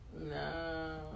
No